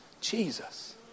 Jesus